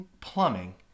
plumbing